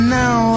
now